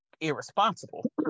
irresponsible